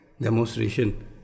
demonstration